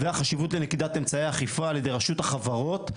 והחשיבות לנקיטת אמצעי אכיפה על ידי רשות החברות,